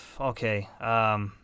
okay